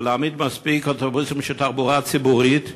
ולהעמיד מספיק אוטובוסים של תחבורה ציבורית.